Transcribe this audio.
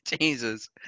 Jesus